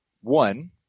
one